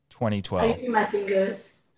2012